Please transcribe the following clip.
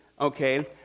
okay